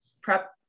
prep